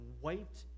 wiped